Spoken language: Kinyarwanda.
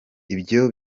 ibyo